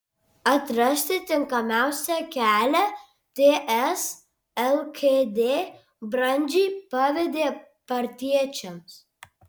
atrasti tinkamiausią kelią ts lkd brandžiai pavedė partiečiams